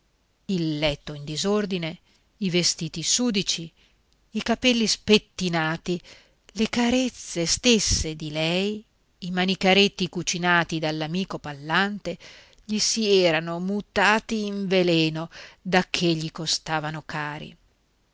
il letto in disordine i vestiti sudici i capelli spettinati le carezze stesse di lei i manicaretti cucinati dall'amico pallante gli si erano mutati in veleno dacché gli costavano cari